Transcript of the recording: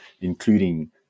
including